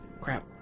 Crap